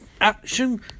action